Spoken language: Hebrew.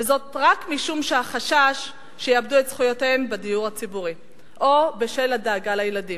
רק משום החשש שיאבדו את זכויותיהן בדיור הציבורי או בשל הדאגה לילדים.